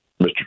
Mr